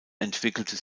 entwickelte